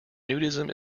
nudism